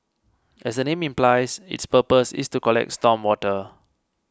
as the name implies its purpose is to collect storm water